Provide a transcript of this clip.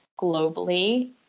globally